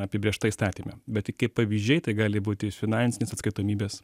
apibrėžta įstatyme bet kaip pavyzdžiai tai gali būti finansinės atskaitomybės